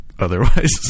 otherwise